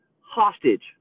hostage